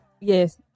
yes